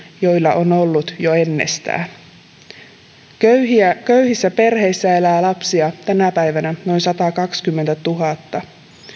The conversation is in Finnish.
joilla on ollut jo ennestään köyhissä perheissä elää lapsia tänä päivänä noin satakaksikymmentätuhatta